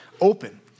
open